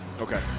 Okay